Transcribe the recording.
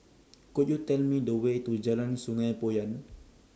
Could YOU Tell Me The Way to Jalan Sungei Poyan